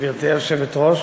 גברתי היושבת-ראש,